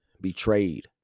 betrayed